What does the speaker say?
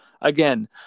Again